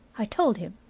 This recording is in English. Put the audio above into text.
i told him.